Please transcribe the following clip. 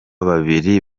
babiri